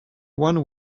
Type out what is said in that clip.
one